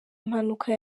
mpanuka